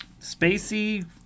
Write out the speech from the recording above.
spacey